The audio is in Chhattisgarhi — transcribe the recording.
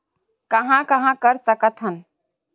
कहां कहां कर सकथन?